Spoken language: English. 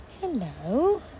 Hello